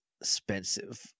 expensive